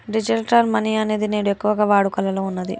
digital money అనేది నేడు ఎక్కువగా వాడుకలో ఉన్నది